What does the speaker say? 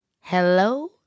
Hello